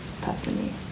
personally